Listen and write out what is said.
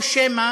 או שמא